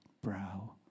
brow